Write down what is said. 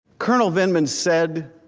colonel vindman said,